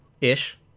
Ish